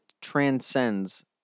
transcends